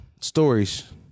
Stories